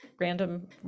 random